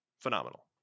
phenomenal